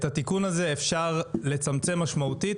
את התיקון הזה אפשר לצמצם משמעותית